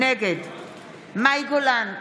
נגד מאי גולן,